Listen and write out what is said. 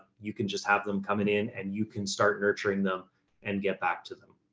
you can just have them coming in and you can start nurturing them and get back to them